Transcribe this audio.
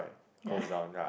ya